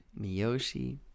Miyoshi